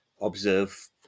observe